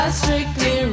strictly